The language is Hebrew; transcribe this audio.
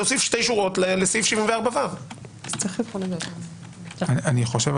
להוסיף שתי שורות לסעיף 74ו. אני חושב,